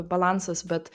balansas bet